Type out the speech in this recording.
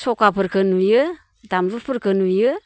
सखाफोरखौ नुयो दामलुरफोरखौ नुयो